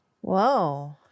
Whoa